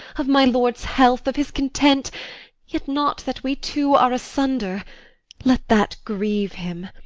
of my lord's health, of his content yet not that we two are asunder let that grieve him!